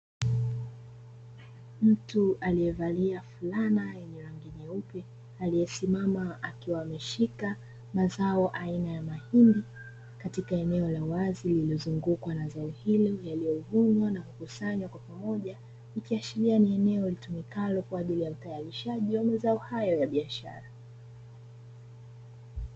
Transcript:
Mtu aliyevalia fulana yenye rangi nyeupe aliyesimama akiwa ameshika mazao aina ya mahindi, katika eneo la wazi lililozungukwa na zao hilo, yaliyovunwa na kukusanywa kwa pamoja; ikiashiria ni eneo litumikalo kwa ajili ya utayarishaji wa mazao hayo ya biashara.